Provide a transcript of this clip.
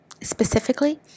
specifically